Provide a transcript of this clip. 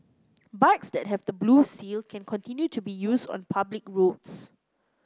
bikes that have the blue seal can continue to be used on public roads